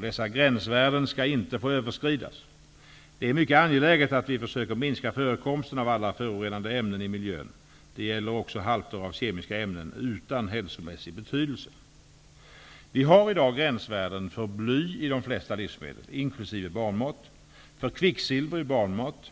Dessa gränsvärden skall inte få överskridas. Det är mycket angeläget att vi försöker minska förekomsten av alla förorenande ämnen i miljön. Detta gäller också halter av kemiska ämnen utan hälsomässig betydelse. Vi har i dag gränsvärden för bly i de flesta livsmedel, inkl. barnmat, för kvicksilver i barnmat,